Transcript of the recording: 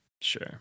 Sure